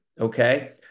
Okay